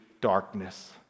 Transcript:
darkness